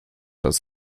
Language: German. das